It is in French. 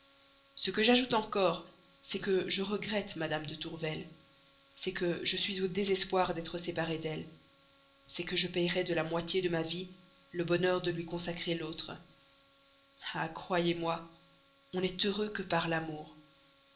ce que j'ajoute encore c'est que je regrette mme de tourvel c'est que je suis au désespoir d'être séparé d'elle c'est que je paierais de la moitié de ma vie le bonheur de lui consacrer l'autre ah croyez-moi on n'est heureux que par l'amour